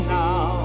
now